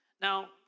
Now